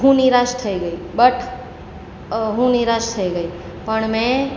હું નિરાશ થઈ ગઈ બટ હું નિરાશ થઈ ગઈ પણ મેં